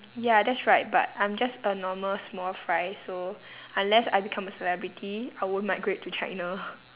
ya that's right but I'm just a normal small fry so unless I become a celebrity I won't migrate to china